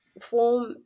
form